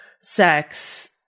sex